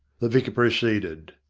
the vicar proceeded.